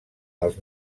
els